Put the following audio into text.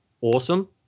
awesome